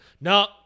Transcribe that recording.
No